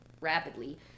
rapidly